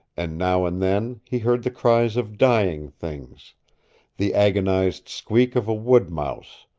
and now and then he heard the cries of dying things the agonized squeak of a wood-mouse,